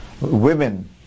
Women